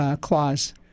clause